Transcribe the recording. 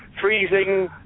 freezing